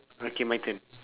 okay my turn